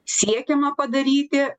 siekiama padaryti